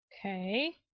Okay